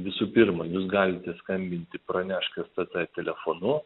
visų pirma jūs galite skambinti pranešk stt telefonu